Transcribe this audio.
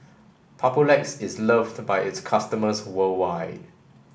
Papulex is loved by its customers worldwide